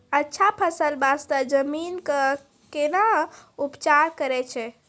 अच्छा फसल बास्ते जमीन कऽ कै ना उपचार करैय छै